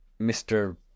Mr